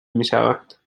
میشوند